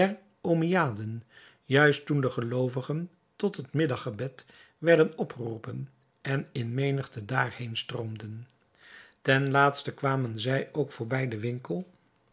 der ommiaden juist toen de geloovigen tot het middaggebed werden opgeroepen en in menigte daarheen stroomden ten laatste kwamen zij ook voorbij den winkel